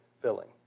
filling